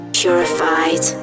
purified